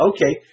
Okay